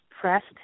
pressed